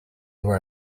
were